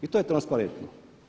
I to je transparentno.